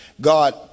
God